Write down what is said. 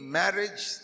marriage